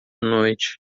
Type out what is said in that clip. noite